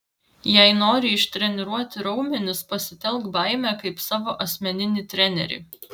jei nori ištreniruoti raumenis pasitelk baimę kaip savo asmeninį trenerį